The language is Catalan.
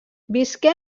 visqué